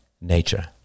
nature